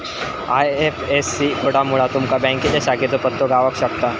IFSC कोडमुळा तुमका बँकेच्या शाखेचो पत्तो गाव शकता